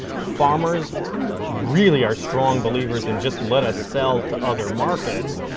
farmers really are strong believers in just let us sell to other markets.